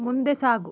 ಮುಂದೆ ಸಾಗು